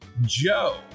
Joe